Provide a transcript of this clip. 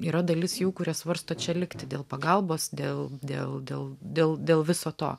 yra dalis jų kurie svarsto čia likti dėl pagalbos dėl dėl dėl dėl dėl viso to